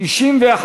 סעיף 76,